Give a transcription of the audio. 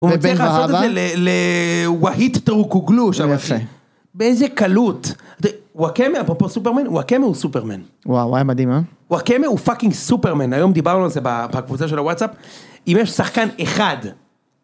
הוא מצליח לעשות את זה לווהיט טרוקוגלוש, אמרתי. באיזו קלות. ווקאמה, על פרופור סופרמן, ווקאמה הוא סופרמן. וואו, היה מדהים, אה? ווקאמה הוא פאקינג סופרמן, היום דיברנו על זה בקבוצה של הוואטסאפ. אם יש שחקן אחד,